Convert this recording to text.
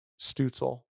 Stutzel